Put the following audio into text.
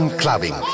clubbing